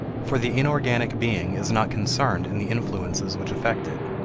for the inorganic being is not concerned in the influences which affect it.